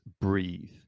breathe